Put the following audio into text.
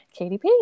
KDP